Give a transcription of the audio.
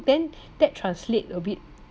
then that translate a bit